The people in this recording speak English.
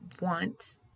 want